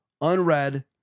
Unread